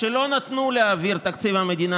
כשלא נתנו להעביר את תקציב המדינה,